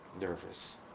nervous